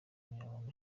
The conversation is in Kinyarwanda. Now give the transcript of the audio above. umunyamabanga